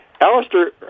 Alistair